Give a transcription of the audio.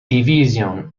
division